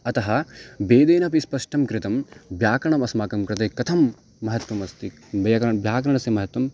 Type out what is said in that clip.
अतः भेदेनपि स्पष्टं कृतं व्याकरणमस्माकं कृते कथं महत्वमस्ति व्याकरणं व्याकरणस्य महत्वम्